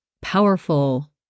powerful